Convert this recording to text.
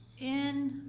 in.